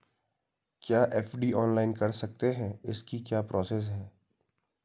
क्या FD online कर सकते हैं इसकी क्या प्रोसेस है?